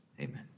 Amen